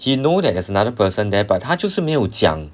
he know that there's another person there but 他就是没有讲